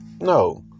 No